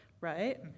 right